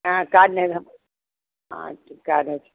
हाँ कार्ड नहीं था हाँ तो काग़ज़